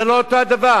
זה לא אותו הדבר?